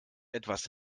etwas